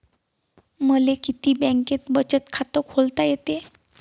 मले किती बँकेत बचत खात खोलता येते?